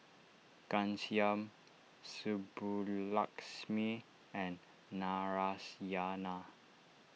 Ghanshyam Subbulakshmi and Narayana